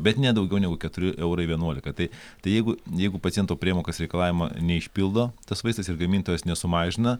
bet ne daugiau negu keturi eurai vienuolika tai tai jeigu jeigu paciento priemokos reikalavimą neišpildo tas vaistas ir gamintojas nesumažina